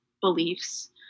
beliefs